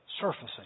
surfacing